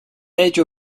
edge